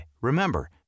remember